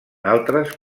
altres